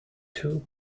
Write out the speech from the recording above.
two